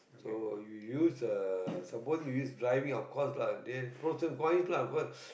so you use a suppose you use driving of course lah there pros and coins lah cause